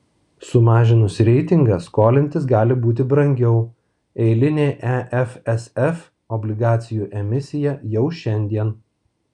sumažinus reitingą skolintis gali būti brangiau eilinė efsf obligacijų emisija jau šiandien